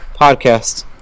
podcast